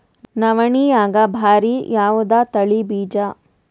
ನವಣಿಯಾಗ ಭಾರಿ ಯಾವದ ತಳಿ ಬೀಜ?